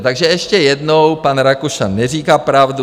Takže ještě jednou, pan Rakušan neříká pravdu.